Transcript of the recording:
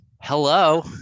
Hello